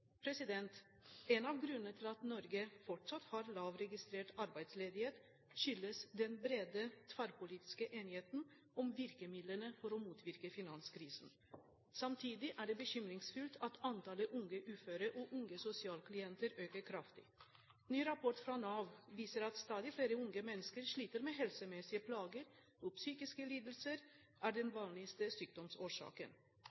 En av grunnene til at Norge fortsatt har lav registrert arbeidsledighet, er den brede, tverrpolitiske enigheten om virkemidlene for å motvirke finanskrisen. Samtidig er det bekymringsfullt at antallet unge uføre og unge sosialklienter øker kraftig. En ny rapport fra Nav viser at stadig flere unge mennesker sliter med helsemessige plager, hvor psykiske lidelser er den